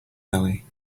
belly